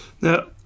Now